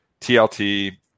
TLT